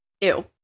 Ew